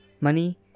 Money